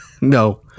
No